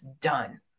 done